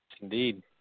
Indeed